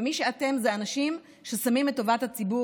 ומי שאתם זה אנשים ששמים את טובת הציבור